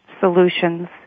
solutions